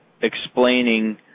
explaining